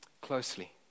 closely